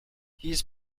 his